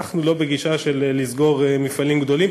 אנחנו לא בגישה של לסגור מפעלים גדולים.